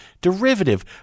derivative